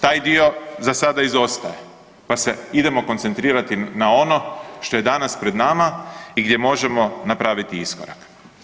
Taj dio za sada izostaje pa se idemo koncentrirati na ono što je danas pred nama i gdje možemo napraviti iskorak.